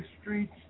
streets